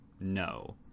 no